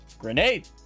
grenade